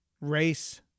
race